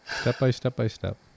Step-by-step-by-step